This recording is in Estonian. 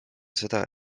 seda